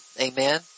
Amen